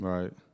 Right